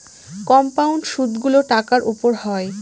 compound সুদগুলো টাকার উপর হয়